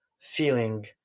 feeling